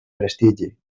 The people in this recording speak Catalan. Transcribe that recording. prestigi